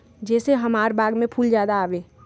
जे से हमार बाग में फुल ज्यादा आवे?